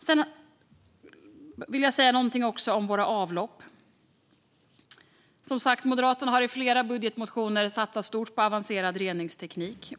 Jag vill också säga något om våra avlopp. Moderaterna har som sagt i flera budgetmotioner satsat stort på avancerad reningsteknik.